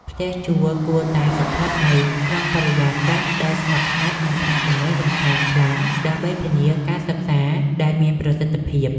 ផ្ទះជួលគួរតែស្ថិតនៅក្នុងបរិយាកាសដែលស្ងប់ស្ងាត់និងគ្មានសំឡេងរំខានខ្លាំង ដើម្បីធានាការសិក្សាដែលមានប្រសិទ្ធភាព។